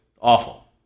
awful